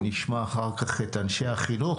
ונשמע אחר כך את אנשי החינוך.